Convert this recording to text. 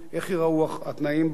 איך ייראו התנאים בו?